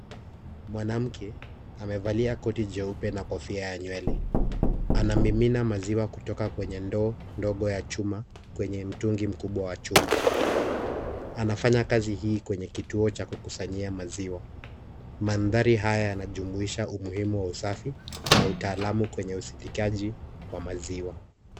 Mwanamke amevalia koti jeupe na kofia ya nywele. Anamimina maziwa kutoka kwenye ndoo ndogo ya chuma kwenye mtungi mkubwa wa chuma. Anafanya kazi hii kwenye kituo cha kukusanyia maziwa. Mandhari haya yanajumuisha umuhimu wa usafi na utaalamu kwenye ushindikaji wa maziwa.